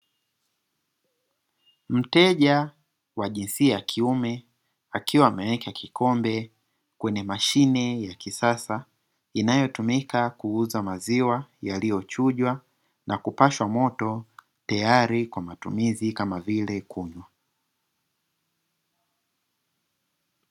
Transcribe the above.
Mteja wa jinsia ya kiume akiwa ameweka kikombe kwenye mashine ya kisasa inayotumika kuuza maziwa yaliyochunjwa na kupashwa moto tayari kwa matumizi kama vile kunywa.